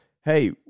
hey